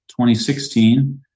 2016